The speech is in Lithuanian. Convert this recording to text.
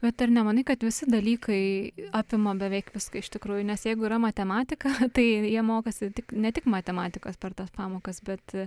bet ar nemanai kad visi dalykai apima beveik viską iš tikrųjų nes jeigu yra matematika tai jie mokosi tik ne tik matematikos per tas pamokas bet